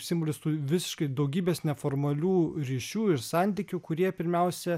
simbolis tų visiškai daugybės neformalių ryšių ir santykių kurie pirmiausia